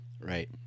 Right